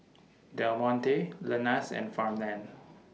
Del Monte Lenas and Farmland